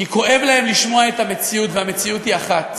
כי כואב להם לשמוע את המציאות, והמציאות היא אחת.